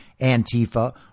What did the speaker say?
Antifa